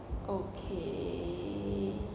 okay